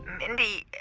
mindy,